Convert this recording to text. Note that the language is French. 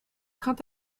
quant